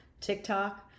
TikTok